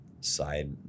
side